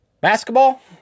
Basketball